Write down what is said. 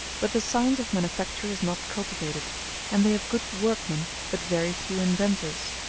but the science of manufacture is not cultivated and they have good workmen, but very few inventors.